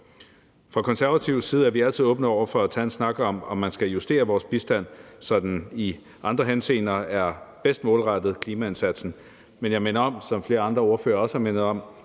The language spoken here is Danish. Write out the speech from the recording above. Fra Konservatives side er vi altid åbne over for at tage en snak om, om man skal justere vores bistand, så den i andre henseender er bedst målrettet klimaindsatsen, men jeg minder om, som flere andre ordførere også har mindet om,